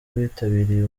bitabiriye